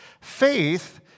Faith